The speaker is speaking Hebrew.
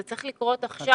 זה צריך לקרות עכשיו.